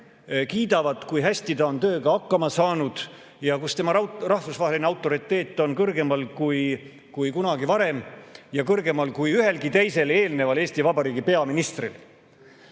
kiidavad, kui hästi ta on tööga hakkama saanud, ja kuidas tema rahvusvaheline autoriteet on kõrgemal kui kunagi varem – kõrgemal kui ühelgi teisel eelneval Eesti Vabariigi peaministril